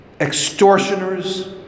extortioners